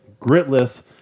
gritless